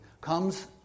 comes